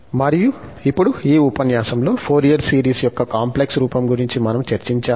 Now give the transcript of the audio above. మరియు ఇప్పుడు ఈ ఉపన్యాసంలో ఫోరియర్ సిరీస్ యొక్క కాంప్లెక్స్ రూపం గురించి మనం చర్చించాము